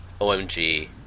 OMG